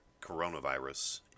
coronavirus